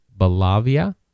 Balavia